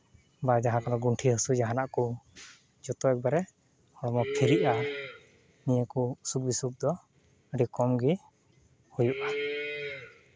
ᱵᱟ ᱡᱟᱦᱟᱸ ᱠᱟᱱᱟ ᱜᱚᱱᱴᱷᱮ ᱦᱟᱹᱥᱩ ᱡᱟᱦᱟᱸᱱᱟᱜ ᱠᱚ ᱡᱚᱛᱚ ᱮᱠᱵᱟᱨᱮ ᱦᱚᱲᱢᱚ ᱯᱷᱨᱤᱜᱼᱟ ᱢᱩ ᱠᱚ ᱚᱥᱩᱠᱼᱵᱤᱥᱩᱠ ᱫᱚ ᱟᱹᱰᱤ ᱠᱚᱢ ᱜᱮ ᱦᱩᱭᱩᱜᱼᱟ